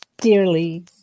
dearly